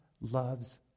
loves